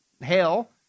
Hell